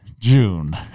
June